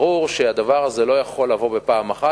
ברור שהדבר הזה לא יכול לבוא בפעם אחת,